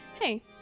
Hey